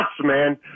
man